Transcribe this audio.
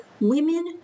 women